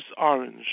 orange